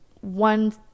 one